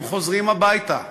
הם חוזרים הביתה,